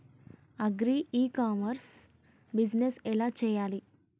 Agri ఇ కామర్స్ బిజినెస్ ఎలా చెయ్యాలి?